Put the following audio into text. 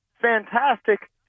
fantastic